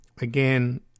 Again